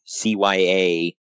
CYA